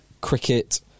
cricket